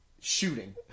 shooting